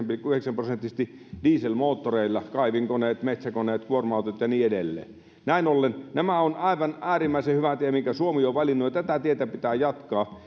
pilkku yhdeksän prosenttisesti dieselmoottoreilla kaivinkoneet metsäkoneet kuorma autot ja niin edelleen näin ollen tämä on aivan äärimmäisen hyvä tie minkä suomi on valinnut ja tätä tietä pitää jatkaa